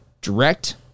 direct